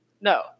no